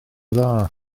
dda